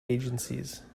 agencies